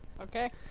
Okay